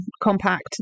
compact